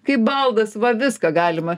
kaip baldas va viską galima